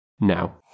now